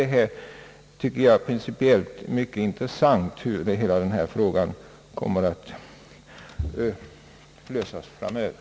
Därför tycker jag det principiellt är mycket intressant hur hela denna fråga kommer att lösas i framtiden.